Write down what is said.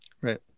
Right